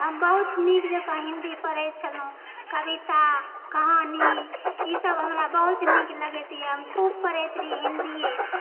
हम बहुत निक जेकाँ हिन्दी पढ़ैत छलहुँ कविता कहानी ईसभ हमरा बहुत निक लगैतए हम खूब पढ़ैत रही हिंदीए